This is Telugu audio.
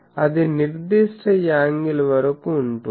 అది నిర్దిష్ట యాంగిల్ వరకు ఉంటుంది